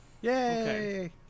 Yay